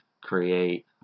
create